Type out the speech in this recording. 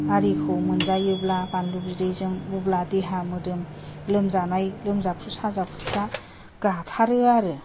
आरिखि मोनजायोब्ला बानलु बिदैजों अब्ला देहा मोदोम लोमजानाय लोमजाख्रु साजाख्रुफ्रा गाथारो आरो